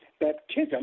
baptism